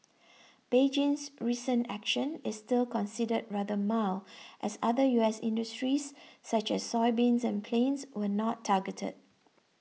Beijing's recent action is still considered rather mild as other U S industries such as soybeans and planes were not targeted